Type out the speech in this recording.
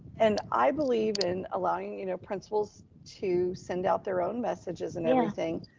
and i believe in allowing, you know, principals to send out their own messages and everything,